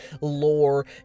lore